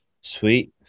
Sweet